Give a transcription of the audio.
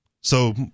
so-